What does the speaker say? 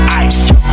ice